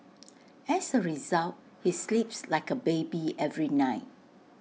as A result he sleeps like A baby every night